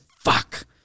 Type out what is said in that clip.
fuck